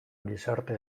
gizarte